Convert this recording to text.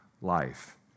life